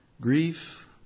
Grief